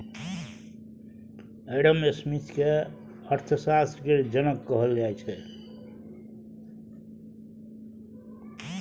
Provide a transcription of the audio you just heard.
Adam Smith केँ अर्थशास्त्र केर जनक कहल जाइ छै